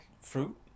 Fruit